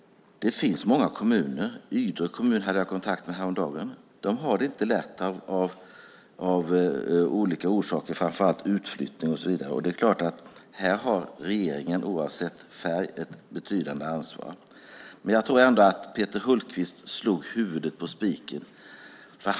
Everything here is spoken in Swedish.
Det finns många kommuner - jag hade häromdagen kontakt med Ydre kommun - som av olika orsaker, framför allt utflyttning, inte har det lätt. Det är klart att regeringen, oavsett färg, har ett betydande ansvar för det. Men jag tror ändå att Peter Hultqvist slog huvudet på spiken.